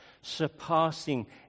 surpassing